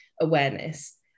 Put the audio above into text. awareness